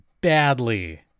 badly